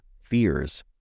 fears